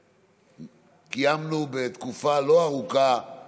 קיימנו בתקופה לא ארוכה יותר